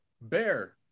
Bear